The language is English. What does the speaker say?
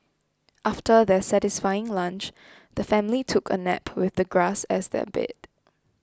after their satisfying lunch the family took a nap with the grass as their bed